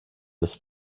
this